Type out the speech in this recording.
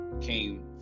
came